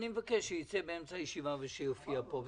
שייצא באמצע הישיבה ויופיע פה.